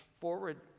forward